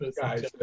guys